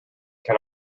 can